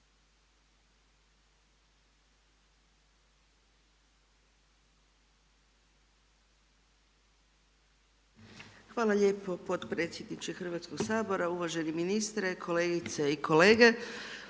Hvala lijepo potpredsjedniče Hrvatskog sabora, uvaženi ministre, kolegice i kolege.